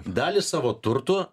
dalį savo turtų